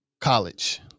college